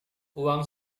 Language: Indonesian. uang